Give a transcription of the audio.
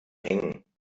hängen